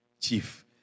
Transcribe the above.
Chief